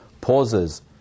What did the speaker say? pauses